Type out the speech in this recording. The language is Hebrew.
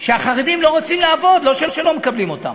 שהחרדים לא רוצים לעבוד, לא שלא מקבלים אותם.